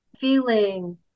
feeling